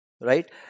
right